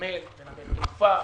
ורכבת,